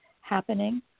happening